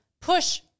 push